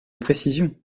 précision